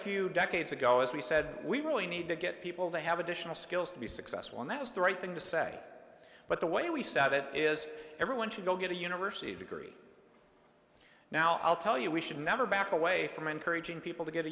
few decades ago as we said we really need to get people to have additional skills to be successful and that was the right thing to say but the way we said it is everyone should go get a university degree now i'll tell you we should never back away from encouraging people to g